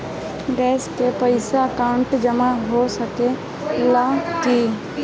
Gas के पइसा online जमा हो सकेला की?